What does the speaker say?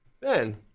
Ben